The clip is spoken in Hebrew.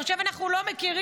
הוא חושב שאנחנו לא מכירים.